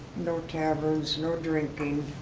no taverns, no drinking.